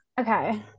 Okay